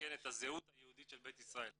ומסכן את הזהות היהודית של בית ישראל.